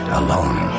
alone